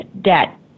debt